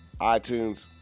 iTunes